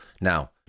Now